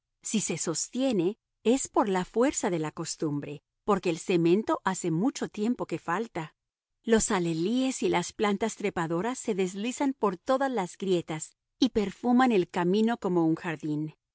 si se sostiene es por la fuerza de la costumbre porque el cemento hace mucho tiempo que falta los alelíes y las plantas trepadoras se deslizan por todas las grietas y perfuman el camino como un jardín